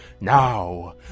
Now